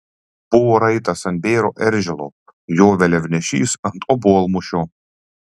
buvo raitas ant bėro eržilo jo vėliavnešys ant obuolmušio